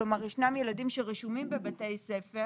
כלומר ישנם ילדים שרשומים בבתי ספר